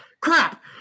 crap